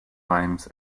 times